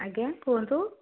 ଆଜ୍ଞା କୁହନ୍ତୁ